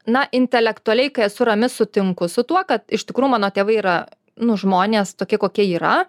na intelektualiai kai esu rami sutinku su tuo kad iš tikrųjų mano tėvai yra nu žmonės tokie kokie yra